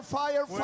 fire